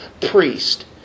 priest